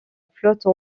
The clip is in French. flotte